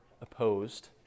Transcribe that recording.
opposed